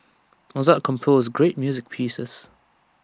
Mozart composed great music pieces